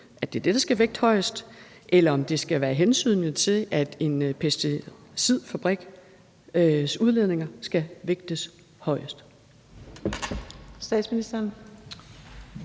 at det er det, der skal vægte højest, eller om det skal være hensynet til en pesticidfabriks udledninger, der skal vægtes højest.